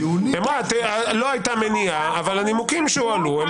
לא הייתה מניעה אבל הנימוקים שהועלו הם